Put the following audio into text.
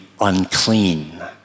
unclean